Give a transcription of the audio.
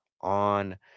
on